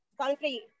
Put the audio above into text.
country